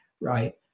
right